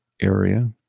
area